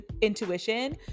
intuition